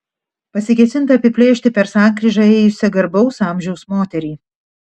pasikėsinta apiplėšti per sankryžą ėjusią garbaus amžiaus moterį